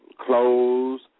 clothes